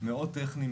מאוד טכני,